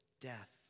death